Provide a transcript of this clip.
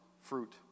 fruit